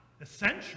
essential